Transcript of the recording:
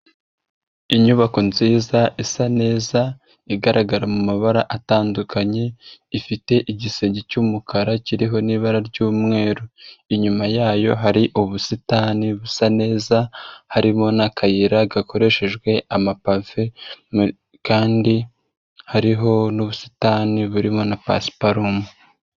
Inyubako nziza, isa neza, igaragara mu mabara atandukanye, ifite igisenge cy'umukara kiriho n'ibara ry'umweru, inyuma yayo hari ubusitani busa neza, harimo n'akayira gakoreshejwe amapave kandi hariho n'ubusitani burimo na pasiparumu.